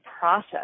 process